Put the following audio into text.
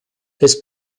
his